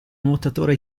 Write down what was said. nuotatore